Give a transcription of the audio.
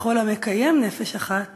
וכל המקיים נפש אחת